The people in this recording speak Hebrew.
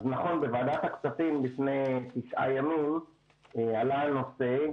אז נכון, בוועדת הכספים לפני תשעה ימים עלה הנושא,